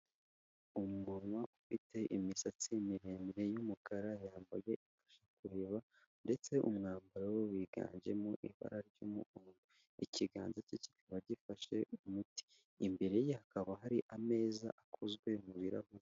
Umuntu ufite imisatsi miremire y'umukara yambaye ifasha kureba, ndetse umwambaro we wiganjemo ibara ry' ikiganza cye kikaba gifashe umuti imbere ye hakaba hari ameza akozwe mu birarahuri.